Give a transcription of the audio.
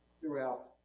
throughout